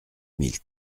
mille